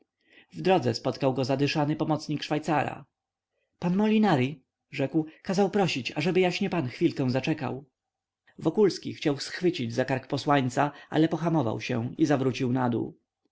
w drodze spotkał go zadyszany pomocnik szwajcara pan molinari rzekł kazał prosić ażeby jaśnie pan chwilkę zaczekał wokulski chciał schwycić za kark posłańca ale pohamował się i zawrócił na dół